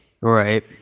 Right